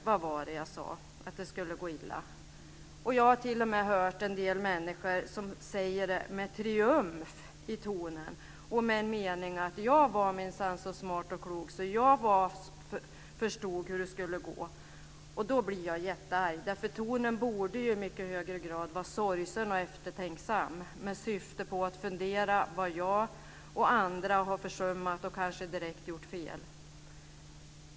Vad var det jag sade om att det skulle gå illa? Jag har t.o.m. hört en del människor säga det med triumf i tonen och med meningen att jag minsann var så smart och klok att jag förstod hur det skulle gå. Då blir jag jättearg. Tonen borde i mycket högre grad vara sorgsen och eftertänksam, med syfte på att fundera vad jag och andra har försummat och kanske direkt gjort fel.